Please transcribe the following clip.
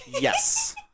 Yes